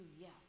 yes